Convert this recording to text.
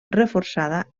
reforçada